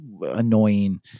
annoying